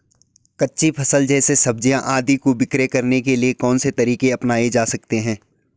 कच्ची फसल जैसे सब्जियाँ आदि को विक्रय करने के लिये कौन से तरीके अपनायें जा सकते हैं?